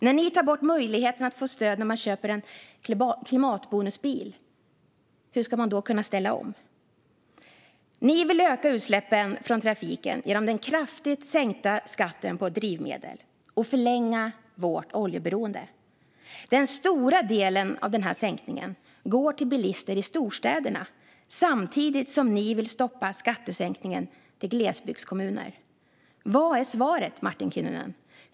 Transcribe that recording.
När ni tar bort möjligheten att få stöd när man köper en klimatbonusbil, hur ska man då kunna ställa om? Ni vill öka utsläppen från trafiken med hjälp av den kraftigt sänkta skatten på drivmedel och förlänga vårt oljeberoende. Den stora delen av sänkningen går till bilister i storstäderna, samtidigt som ni vill stoppa skattesänkningen till glesbygdskommuner. Vad är svaret, Martin Kinnunen?